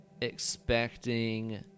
expecting